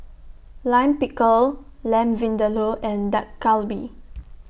Lime Pickle Lamb Vindaloo and Dak Galbi